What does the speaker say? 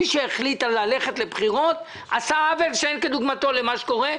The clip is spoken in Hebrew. מי שהחליט ללכת לבחירות עשה עוול שאין כדוגמתו שמשפיע על כל מה שקורה,